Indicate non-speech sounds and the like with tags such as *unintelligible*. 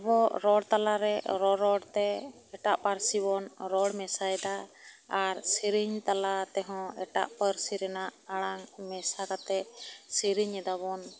ᱟᱵᱚ ᱨᱚᱲ ᱛᱟᱞᱟ ᱨᱮ ᱨᱚᱲ ᱨᱚᱲ ᱛᱮ ᱮᱴᱟᱜ ᱯᱟᱹᱨᱥᱤ ᱵᱚᱱ ᱨᱚᱲ ᱢᱮᱥᱟᱭᱫᱟ ᱟᱨ *unintelligible* ᱥᱮᱨᱮᱧ ᱛᱟᱞᱟ ᱛᱮᱦᱚᱸ ᱮᱴᱟᱜ ᱯᱟᱹᱨᱥᱤ ᱨᱮᱱᱟᱜ ᱟᱲᱟᱝ ᱢᱮᱥᱟ ᱠᱟᱛᱮᱜ ᱥᱮᱨᱮᱧ ᱫᱟᱵᱚᱱ